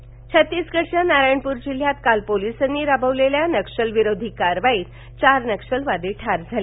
नक्षलवादी छत्तीसगडच्या नारायणपूर जिल्ह्यात काल पोलिसांनी राबवलेल्या नक्षल विरोधी करवाईत चार नक्षलवादी ठार झाले